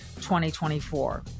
2024